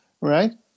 right